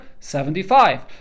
75